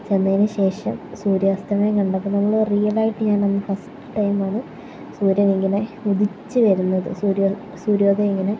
ചെന്നതിന് ശേഷം സൂര്യാസ്തമയം കണ്ടപ്പോൾ നമ്മൾ റിയലായിട്ട് ഞാനന്ന് ഫസ്റ്റ് ടൈം ആണ് സൂര്യനിങ്ങനെ ഉദിച്ചു വരുന്നത് സൂര്യോദയിങ്ങനെ